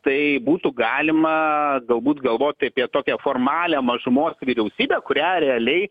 tai būtų galima galbūt galvoti apie tokią formalią mažumos vyriausybę kurią realiai